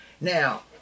Now